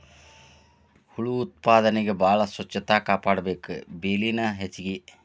ಹುಳು ಉತ್ಪಾದನೆಗೆ ಬಾಳ ಸ್ವಚ್ಚತಾ ಕಾಪಾಡಬೇಕ, ಬೆಲಿನು ಹೆಚಗಿ